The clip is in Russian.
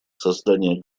создание